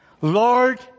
Lord